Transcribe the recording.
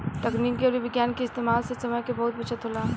तकनीक अउरी विज्ञान के इस्तेमाल से समय के बहुत बचत होला